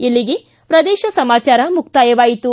ಇಲ್ಲಿಗೆ ಪ್ರದೇಶ ಸಮಾಚಾರ ಮುಕ್ತಾಯವಾಯಿತು